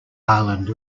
ireland